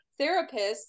therapists